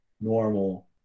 normal